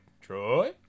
Troy